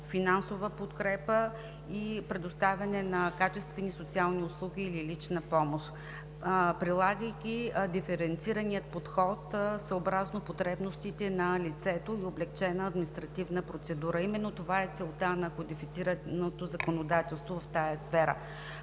финансова подкрепа и предоставяне на качествени социални услуги или лична помощ, прилагайки диференцирания подход, съобразно потребностите на лицето, за облекчена административна процедура. Именно това е целта на кодифицираното законодателство в тази сфера.